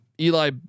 Eli